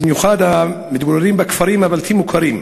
ובמיוחד אלו המתגוררים בכפרים הבלתי-מוכרים,